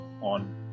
on